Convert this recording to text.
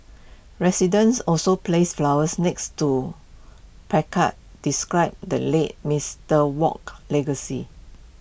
residents also placed flowers next to placards describe the late Mister Wok's legacy